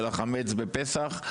של החמץ בפסח,